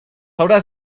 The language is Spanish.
obras